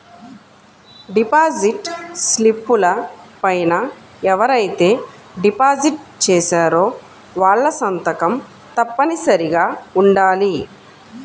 deposit స్లిపుల పైన ఎవరైతే డిపాజిట్ చేశారో వాళ్ళ సంతకం తప్పనిసరిగా ఉండాలి